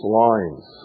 lines